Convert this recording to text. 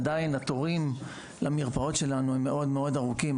עדיין התורים למרפאות שלנו הם מאוד-מאוד ארוכים.